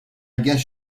guess